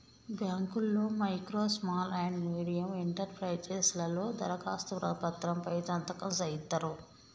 బాంకుల్లో micro small and medium enterprises లలో దరఖాస్తు పత్రం పై సంతకం సేయిత్తరు